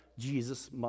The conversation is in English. Jesus